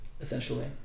essentially